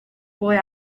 boy